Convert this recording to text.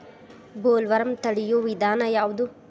Bollworm ತಡಿಯು ವಿಧಾನ ಯಾವ್ದು?